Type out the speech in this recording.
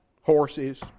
horses